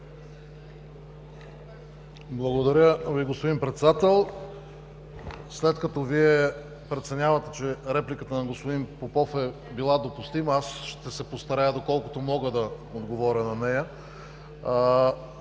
Благодаря Ви, господин Председател. След като Вие преценявате, че репликата на господин Попов е била допустима, ще се постарая, доколкото мога, да й отговоря.